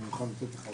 אני יכול לתת לך,